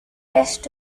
rest